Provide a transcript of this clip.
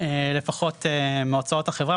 לפחות מהוצאות החברה,